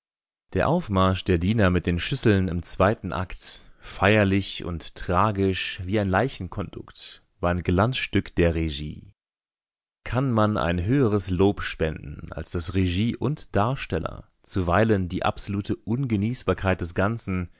der aufmarsch der diener mit den schüsseln im zweiten akt feierlich und tragisch wie ein leichenkondukt war ein glanzstück der regie kann man ein höheres lob spenden als daß regie und darsteller zuweilen die absolute ungenießbarkeit des ganzen